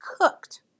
cooked